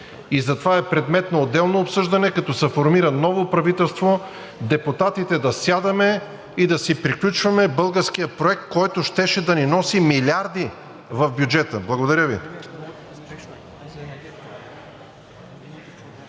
и затова е предмет на отделно обсъждане. Като се формира ново правителство, депутатите да сядаме и да си приключваме българския проект, който щеше да ни носи милиарди в бюджета. Благодаря Ви.